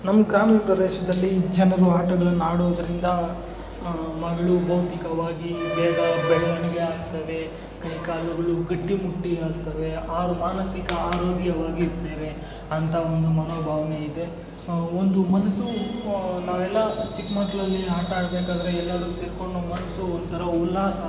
ನಮ್ಮ ಗ್ರಾಮೀಣ ಪ್ರದೇಶದಲ್ಲಿ ಜನರು ಆಟಗಳನ್ನು ಆಡೋದರಿಂದ ಮಕ್ಕಳು ಭೌತಿಕವಾಗಿ ವೇಗವಾಗಿ ಬೆಳವಣಿಗೆ ಆಗ್ತದೆ ಕೈಕಾಲುಗಳು ಗಟ್ಟಿ ಮುಟ್ಟು ಆಗ್ತವೆ ಹಾಗು ಮಾನಸಿಕ ಆರೋಗ್ಯವಾಗಿರುತ್ತೇವೆ ಅಂತ ಒಂದು ಮನೋಭಾವನೆ ಇದೆ ಒಂದು ಮನಸ್ಸು ನಾವೆಲ್ಲ ಚಿಕ್ಕ ಮಕ್ಕಳಲ್ಲಿ ಆಟ ಆಡ್ಬೇಕಾದ್ರೆ ಎಲ್ಲರೂ ಸೇರಿಕೊಂಡು ಮನಸ್ಸು ಒಂಥರ ಉಲ್ಲಾಸ ಆಗಿರ್ತಾಯಿತ್ತು